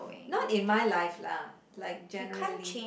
not in my life lah like generally